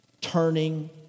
turning